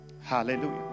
Hallelujah